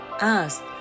Ask